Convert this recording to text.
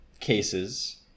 cases